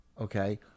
Okay